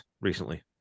recently